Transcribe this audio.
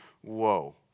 Whoa